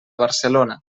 barcelona